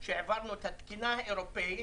שהעברנו את התקינה האירופאית